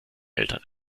eltern